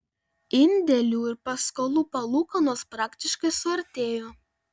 indėlių ir paskolų palūkanos praktiškai suartėjo